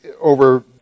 over